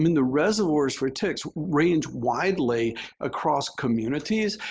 the reservoirs for ticks range widely across communities,